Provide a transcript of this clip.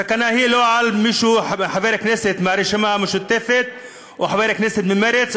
הסכנה היא לא על מי שהוא חבר כנסת מהרשימה המשותפת או חבר כנסת ממרצ,